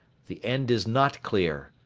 the end is not clear.